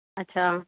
अच्छा